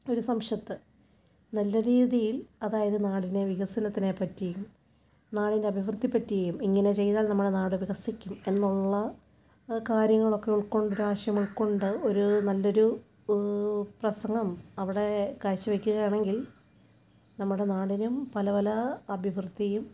ഒരു സംശത് നല്ല രീതിയിൽ അതായത് നാടിനെ വികസനത്തിനെ പറ്റിയും നാടിൻ്റെ അഭിവൃതി പറ്റിയും ഇങ്ങനെ ചെയ്താൽ നമ്മുടെ നാട് വികസിക്കും എന്നുള്ള കാര്യങ്ങളൊക്കെ ഉൾകൊണ്ട് ഒരു ആശയം ഉൾകൊണ്ട് ഒരു നല്ലൊരു പ്രസംഗം അവിടെ കാഴ്ച്ച വെക്കുകയാണെങ്കിൽ നമ്മുടെ നാടിനും പല പല അഭിവൃത്തിയും